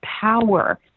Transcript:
power